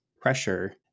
pressure